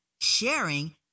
sharing